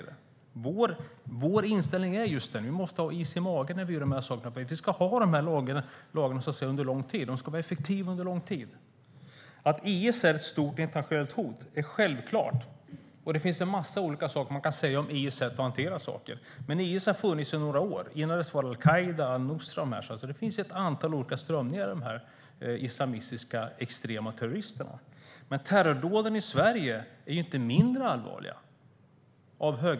Vår inställning är att vi måste ha is i magen när vi gör de här sakerna. Lagarna ska ju vara effektiva under lång tid. Att IS är ett stort internationellt hot är självklart. Det finns en massa man kan säga om IS och hur de hanterar saker. IS har funnits i några år. Innan dess var det al-Qaida, al-Nusra och de där. Det finns ett antal olika strömningar bland de islamistiska, extrema terroristerna. Terrordåden som begåtts av högerextremister i Sverige är dock inte mindre allvarliga.